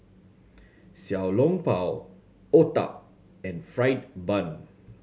Xiao Long Bao otah and fried bun